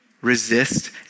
resist